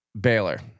Baylor